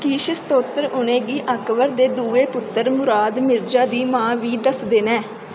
किश स्रोत उ'नें गी अकबर दे दुए पुत्तर मुराद मिर्जा दी मां बी दसदे न